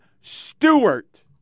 Stewart